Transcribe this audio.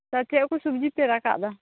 ᱪᱮᱫ ᱠᱚ ᱥᱚᱵᱡᱤ ᱯᱮ ᱨᱟᱠᱟᱵ ᱮᱫᱟ